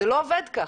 זה לא עובד כך.